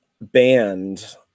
banned